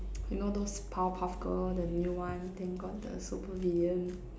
you know those powerpuff-girl the new one then got the super villain